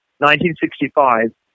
1965